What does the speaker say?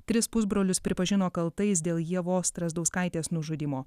tris pusbrolius pripažino kaltais dėl ievos strazdauskaitės nužudymo